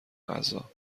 غذا